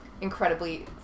incredibly